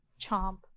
chomp